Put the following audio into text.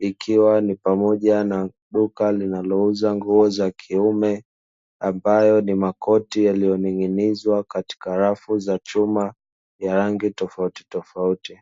Ikiwa ni pamoja na duka linalouza nguo za kiume, ambayo ni makoti yaliyoning'inizwa katika rafu za chuma, ya rangi tofautitofauti.